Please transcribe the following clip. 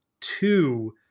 two